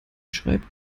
schreibt